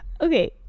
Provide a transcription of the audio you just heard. okay